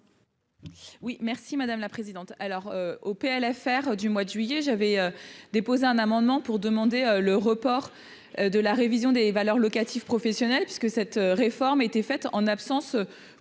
Oui merci madame la présidente, alors au PLFR du mois de juillet, j'avais déposé un amendement pour demander le report de la révision des valeurs locatives professionnel parce que cette réforme était faite en absence